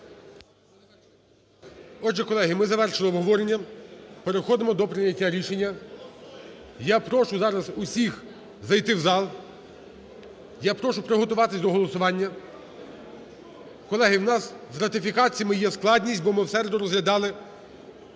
Отже, колеги, ми завершили обговорення. Переходимо до прийняття рішення. Я прошу зараз усіх зайти в зал. Я прошу приготуватися до голосування. Колеги, у нас з ратифікаціями є складність, бо в середу розглядали